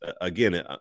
again